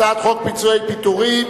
הצעת חוק פיצויי פיטורים